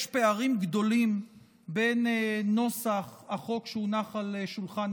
יש פערים גדולים בין נוסח החוק שהונח על שולחן